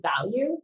value